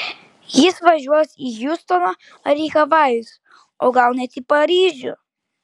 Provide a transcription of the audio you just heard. jis važiuos į hjustoną ar į havajus o gal net į paryžių